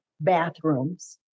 bathrooms